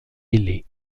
ailées